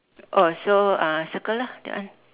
oh so uh circle lah that one